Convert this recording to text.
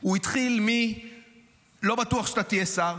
הוא התחיל מ"לא בטוח שאתה תהיה שר"